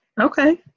Okay